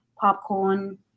popcorn